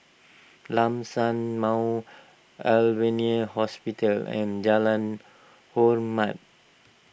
Lam San Mount Alvernia Hospital and Jalan Hormat